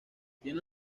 tiene